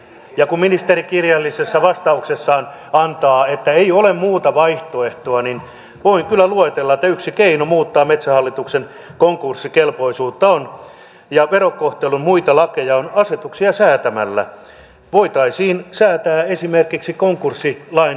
ja kun ministeri kirjallisessa vastauksessaan sanoo että ei ole muuta vaihtoehtoa niin voin kyllä luetella että yksi keino muuttaa metsähallituksen konkurssikelpoisuutta ja verokohtelun muita lakeja on asetuksia säätämällä voitaisiin säätää esimerkiksi konkurssilain muuttamisella